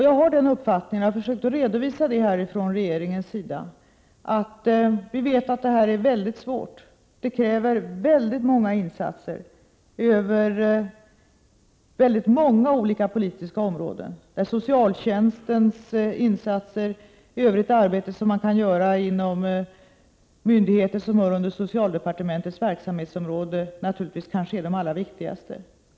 Jag har uppfattningen, vilket jag också har försökt redovisa på regeringens vägnar, att detta är mycket svårt. Det krävs väldigt mycket insatser över väldigt många olika politiska områden. Socialtjänstens insatser och övrigt arbete som görs inom de myndigheter som hör under socialdepartementets verksamhetsområde är naturligtvis de allra viktigaste.